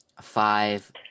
five